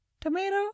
tomato